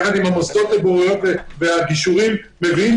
יחד עם המוסדות לבוררויות ולגישורים מביאים